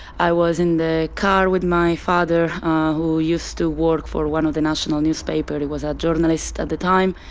i was in the car with my father who used to work for one of the national newspapers, he was a journalist at the time,